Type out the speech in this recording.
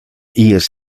ies